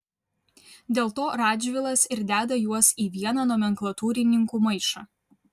dėl to radžvilas ir deda juos į vieną nomenklatūrininkų maišą